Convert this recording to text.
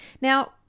Now